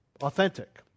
authentic